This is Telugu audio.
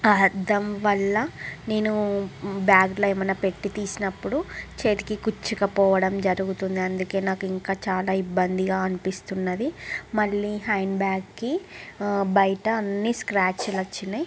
ఆ అద్దం వల్ల నేను బ్యాగ్లో ఏమైనా పెట్టి తీసినప్పుడు చేతికి కుచ్చుకుపోవడం జరుగుతుంది అందుకే నాకు ఇంకా చాల ఇబ్బందిగా అనిపిస్తున్నది మళ్ళీ హ్యాండ్బ్యాగ్కి బయట అన్నీ స్క్రాచ్లు వచ్చినాయి